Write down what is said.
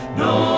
no